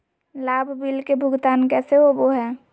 लाभ बिल के भुगतान कैसे होबो हैं?